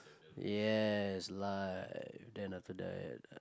yes life then after that